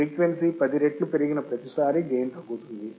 frequency 10 రెట్లు పెరిగిన ప్రతిసారీ గెయిన్ తగ్గుతుంది